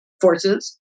forces